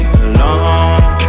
alone